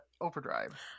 overdrive